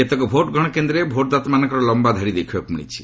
କେତେକ ଭୋଟ୍ଗ୍ରହଣ କେନ୍ଦ୍ରରେ ଭୋଟ୍ଦାତାମାନଙ୍କର ଲମ୍ଘା ଧାଡ଼ି ଦେଖିବାକୁ ମିଳିଛି